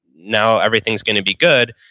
now everything's going to be good.